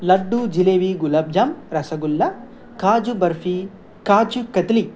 laddu jalebi gulab jam rasgulla kaju barfi kaju katli